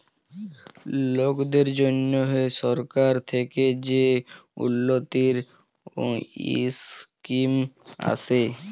লকদের জ্যনহে সরকার থ্যাকে যে উল্ল্যতির ইসকিম আসে